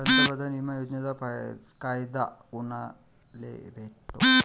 पंतप्रधान बिमा योजनेचा फायदा कुनाले भेटतो?